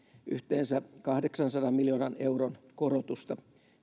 yhteensä kahdeksansadan miljoonan euron korotusta